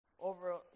over